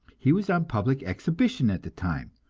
he was on public exhibition at the time,